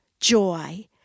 joy